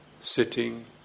sitting